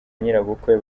nyirabukwe